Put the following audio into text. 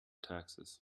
taxes